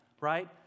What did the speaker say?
right